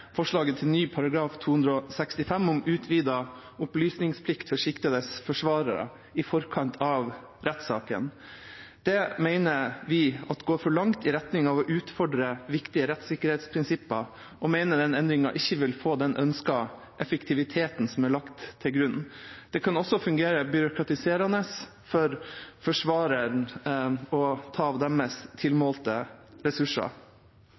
forslaget til ny § 265 om utvidet opplysningsplikt for siktedes forsvarere i forkant av rettssaken. Det mener vi at går for langt i retning av å utfordre viktige rettssikkerhetsprinsipper, og vi mener at den endringen ikke vil gi den ønskede effektiviteten som er lagt til grunn. Det kan også fungere byråkratiserende for forsvarerne og ta av deres tilmålte ressurser.